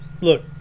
Look